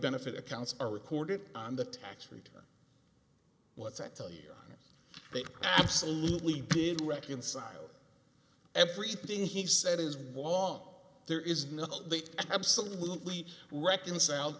benefit accounts are recorded on the tax return what's that tell you they absolutely did reconcile everything he said his wall there is no they absolutely reconcile